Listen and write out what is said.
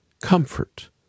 Comfort